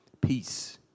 Peace